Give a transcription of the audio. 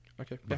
Okay